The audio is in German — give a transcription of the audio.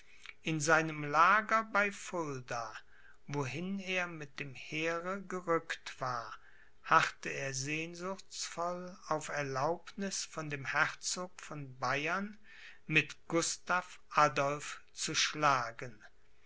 in seinem lager bei fulda wohin er mit dem heere gerückt war harrte er sehnsuchtsvoll auf erlaubniß von dem herzog von bayern mit gustav adolph zu schlagen